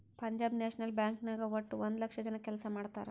ಪಂಜಾಬ್ ನ್ಯಾಷನಲ್ ಬ್ಯಾಂಕ್ ನಾಗ್ ವಟ್ಟ ಒಂದ್ ಲಕ್ಷ ಜನ ಕೆಲ್ಸಾ ಮಾಡ್ತಾರ್